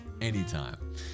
anytime